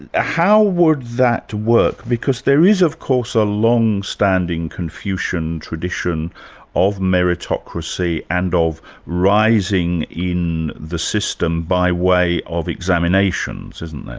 and ah how would that work, because there is of course a longstanding confucian tradition of meritocracy and of rising in the system by way of examinations, isn't there?